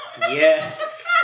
Yes